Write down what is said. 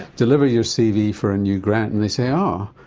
deliver your cv for a new grant and they say, um ah,